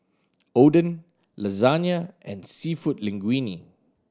Oden Lasagne and Seafood Linguine